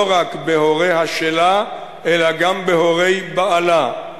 לא רק בהוריה שלה אלא גם בהורי בעלה.